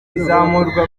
izamurwa